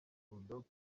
bulldogg